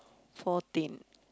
fourteen